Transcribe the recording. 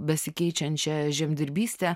besikeičiančia žemdirbyste